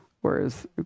whereas